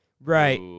Right